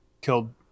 killed